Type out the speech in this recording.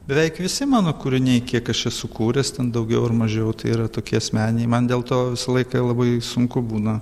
beveik visi mano kūriniai kiek aš esu kūręs ten daugiau ar mažiau tai yra tokie asmeniniai man dėl to visą laiką labai sunku būna